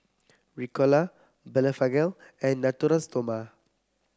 Ricola Blephagel and Natura Stoma